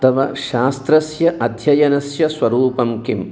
तव शास्त्रस्य अध्ययनस्य स्वरूपं किम्